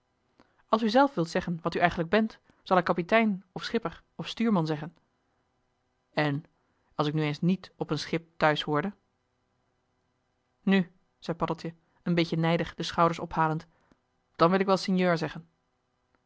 als u zelf wilt zeggen wat u eigenlijk bent zal ik kapitein of schipper of stuurman zeggen en als ik nu eens niet op een schip thuishoorde nu zei paddeltje een beetje nijdig de schouders ophalend dan wil ik wel sinjeur zeggen